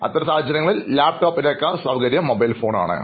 ഇത്തരം സാഹചര്യങ്ങളിൽ ലാപ്ടോപ്പിനെകാൾ സൌകര്യം മൊബൈൽ ഫോൺ ആണ്